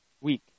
week